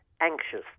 anxious